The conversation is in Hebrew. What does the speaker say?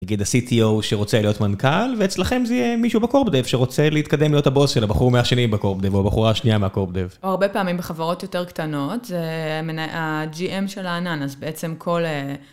נגיד ה-CTO שרוצה להיות מנכ״ל ואצלכם זה יהיה מישהו ב-CorpDev שרוצה להתקדם להיות הבוס של הבחור מהשני ב-CorpDev או הבחורה השנייה מה-CorpDev. הרבה פעמים בחברות יותר קטנות זה ה-GM של הענן אז בעצם כל